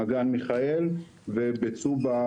מעגן מיכאל ובצובה.